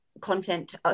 content